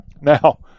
Now